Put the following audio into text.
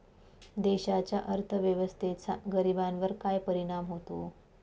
देशाच्या अर्थव्यवस्थेचा गरीबांवर काय परिणाम होतो